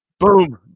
Boom